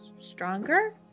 stronger